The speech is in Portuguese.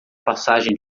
passagem